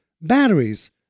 batteries